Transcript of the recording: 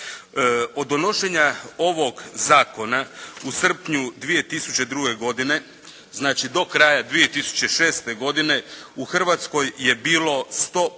Od donošenja ovog zakona u srpnju 2002. godine, znači do kraja 2006. godine u Hrvatskoj je bilo 150